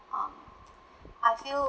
um I feel